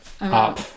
up